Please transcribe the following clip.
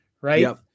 right